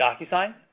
DocuSign